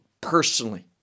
personally